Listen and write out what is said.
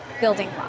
building